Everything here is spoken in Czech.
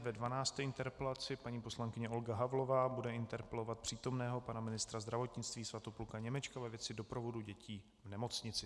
V dvanácté interpelaci paní poslankyně Olga Havlová bude interpelovat přítomného pana ministra zdravotnictví Svatopluka Němečka ve věci doprovodu dětí v nemocnici.